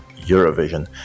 Eurovision